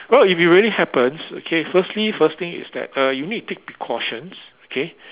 oh if it really happens okay firstly first thing is that uh you need to take precautions okay